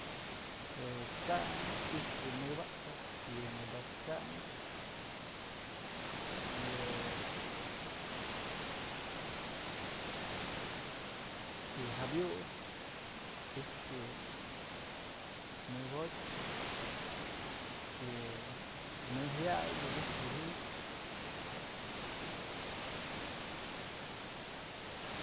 Je'e t'sandyë i'ijp yë nëbakpë, yë nëdo'okë chyandyë yë jabyu i'ijpë yë nëjotyë, yë nëjaya'ay widyjpë yë ji'ibyë.